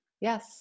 Yes